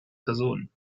personen